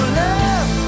love